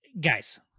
Guys